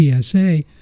PSA